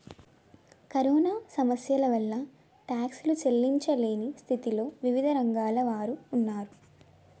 corona సమస్య వలన టాక్సీలు చెల్లించలేని స్థితిలో వివిధ రంగాల వారు ఉన్నారు